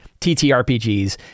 TTRPGs